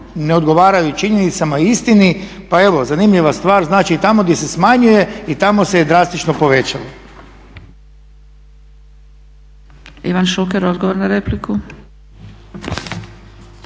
ne odgovaraju činjenicama i istini. Pa evo zanimljiva stvar znači tamo gdje se smanjuje i tamo se je drastično povećalo.